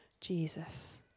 Jesus